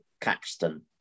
Caxton